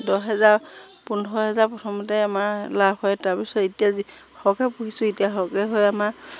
দহ হেজাৰ পোন্ধৰ হেজাৰ প্ৰথমতে আমাৰ লাভ হয় তাৰপিছত এতিয়া যি সৰহকৈ পুহিছোঁ এতিয়া সৰহকৈ হৈ আমাৰ